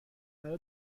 برا